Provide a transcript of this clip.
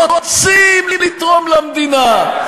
רוצים לתרום למדינה,